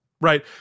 right